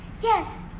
Yes